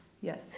yes